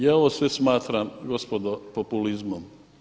Ja ovo sve smatram gospodo populizmom.